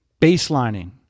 Baselining